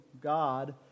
God